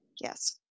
yes